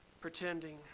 pretending